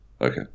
Okay